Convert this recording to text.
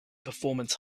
performance